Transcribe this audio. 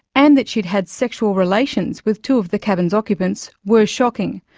and that she'd had sexual relations with two of the cabin's occupants, were shocking.